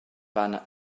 fan